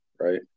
right